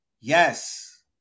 Yes